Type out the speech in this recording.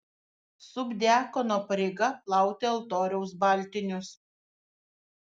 subdiakono pareiga plauti altoriaus baltinius